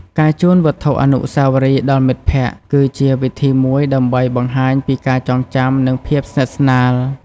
ការជូនវត្ថុអនុស្សាវរីយ៍ដល់មិត្តភក្តិ គឺជាវិធីមួយដើម្បីបង្ហាញពីការចងចាំ និងភាពស្និទ្ធស្នាល។